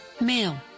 male